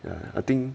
ya I think